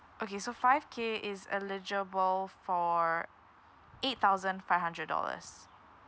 okay so five K is eligible for eight thousand five hundred dollars